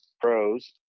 pros